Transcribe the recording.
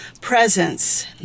presence